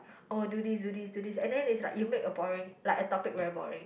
orh do this do this do this and then is like you make a boring like a topic very boring